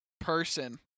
person